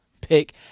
pick